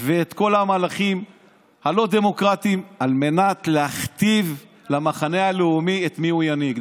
ואת כל המהלכים הלא-דמוקרטיים על מנת להכתיב למחנה הלאומי מי ינהיג.